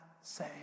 say